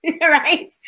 right